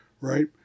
Right